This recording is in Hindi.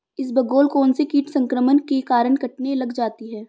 इसबगोल कौनसे कीट संक्रमण के कारण कटने लग जाती है?